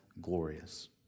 glorious